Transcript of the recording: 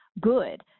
good